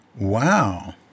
Wow